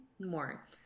more